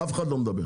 אף אחד לא מדבר.